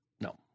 No